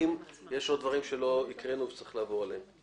האם יש עוד דברים שלא הקראנו וצריך לעבור עליהם?